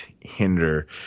hinder